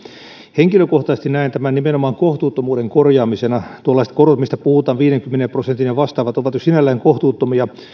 henkilökohtaisesti näen tämän nimenomaan kohtuuttomuuden korjaamisena tuollaiset korot mistä puhutaan viidenkymmenen prosentin ja vastaavat ovat jo sinällään kohtuuttomia